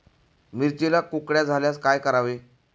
मिरचीला कुकड्या झाल्यास काय करावे?